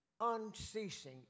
unceasing